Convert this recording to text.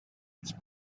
its